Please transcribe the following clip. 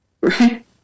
right